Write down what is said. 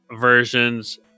versions